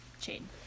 chain